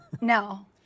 No